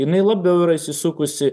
jinai labiau yra įsisukusi